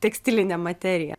tekstiline materija